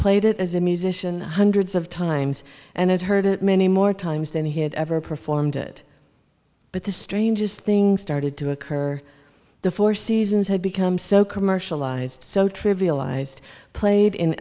played it as a musician hundreds of times and i've heard it many more times than he had ever performed it but the strangest things started to occur the four seasons had become so commercialized so trivialized played in